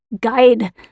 guide